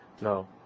no